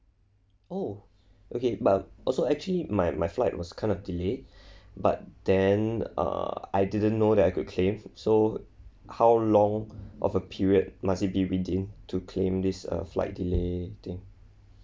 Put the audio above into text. oh okay but also actually my my flight was kind of delayed but then uh I didn't know that I could claim so how long of a period must it be within to claim this uh flight delay thing